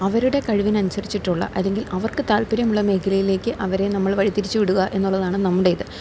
അവരുടെ കഴിവിനനുസരിച്ചിട്ടുള്ള അല്ലെങ്കിൽ അവർക്ക് താല്പര്യമുള്ള മേഖലയിലേക്ക് അവരെ നമ്മൾ വഴിതിരിച്ചു വിടുക എന്നുള്ളതാണ് നമ്മുടെ ഇത്